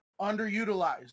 underutilized